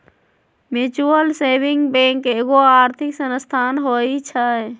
mutual saving bank एगो आर्थिक संस्थान होइ छइ